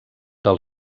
del